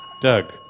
Doug